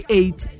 eight